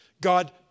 God